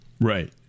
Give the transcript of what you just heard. Right